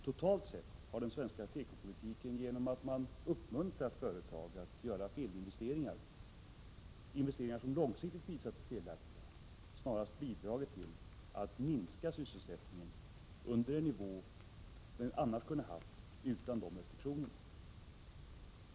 Totalt sett har den svenska tekopolitiken, genom att den uppmuntrat företag att göra investeringar som långsiktigt visat sig felaktiga, snarast bidragit till att minska sysselsättningen, så att den kommit att ligga under en nivå som den utan dessa restriktioner kunnat ha.